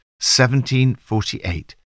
1748